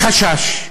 בחשש,